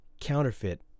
counterfeit